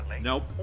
Nope